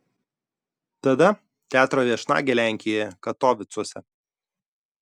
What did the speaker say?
tada teatro viešnagė lenkijoje katovicuose